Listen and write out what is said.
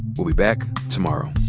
we'll be back tomorrow